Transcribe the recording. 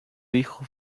hijo